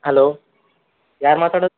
hello ಯಾರು ಮಾತಾಡೋದು